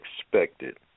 Expected